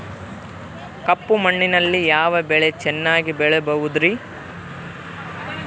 ಕಪ್ಪು ಮಣ್ಣಿನಲ್ಲಿ ಯಾವ ಬೆಳೆ ಚೆನ್ನಾಗಿ ಬೆಳೆಯಬಹುದ್ರಿ?